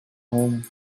home